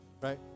Right